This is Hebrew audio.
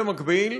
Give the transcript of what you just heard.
במקביל,